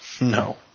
no